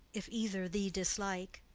if either thee dislike.